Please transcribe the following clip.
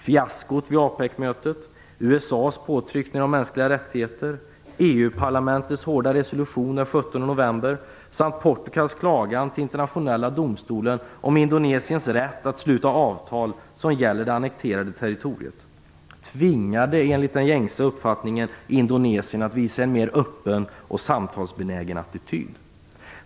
Fiaskot vid APEC-mötet, USA:s påtryckningar om mänskliga rättigheter, EU-parlamentets hårda resolution den 17 november samt Portugals klagan till Internationella domstolen om Indonesiens rätt att sluta avtal som gäller det annekterade territoriet tvingade, enligt den gängse uppfattningen, Indonesien att visa en mer öppen och samtalsbenägen attityd.